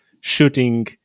shooting